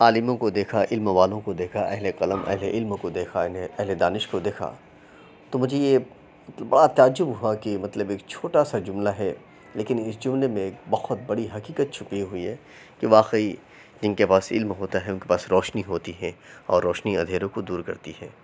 عالموں کو دیکھا علم والوں کو دیکھا اہل قلم اہل علم کو دیکھا اہل دانش کو دیکھا تو مجھے یہ بڑا تعجب ہوا کہ مطلب ایک چھوٹا سا جملہ ہے لیکن اس جملے میں بہت بڑی حقیقت چھپی ہوئی ہے کہ واقعی جن کے پاس علم ہوتا ہے ان کے پاس روشنی ہوتی ہے اور روشنی اندھیروں کو دور کرتی ہے